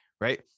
right